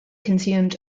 consumed